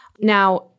Now